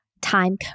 time